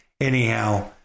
Anyhow